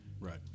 Right